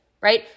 right